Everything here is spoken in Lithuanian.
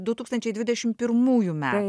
du tūkstančiai dvidešimt pirmųjų metų